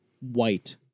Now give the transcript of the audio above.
white